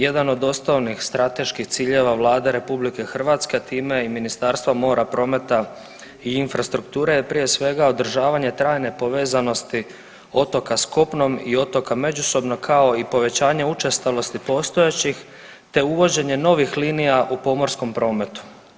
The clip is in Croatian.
Jedan od osnovnih strateških ciljeva Vlade RH, a time i Ministarstva mora, prometa i infrastrukture je prije svega održavanje trajne povezanosti otoka s kopnom i otoka međusobno, kao i povećanje učestalosti postojećih, te uvođenje novih linija u pomorskom prometu.